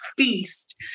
feast